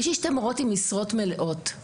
יש לי שתי מורות במשרות מלאות.